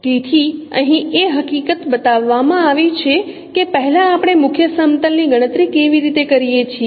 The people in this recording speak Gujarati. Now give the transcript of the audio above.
તેથી અહીં એ હકીકત બતાવવામાં આવી છે કે પહેલા આપણે મુખ્ય સમતલ ની ગણતરી કેવી રીતે કરીએ છીએ